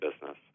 business